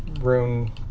Rune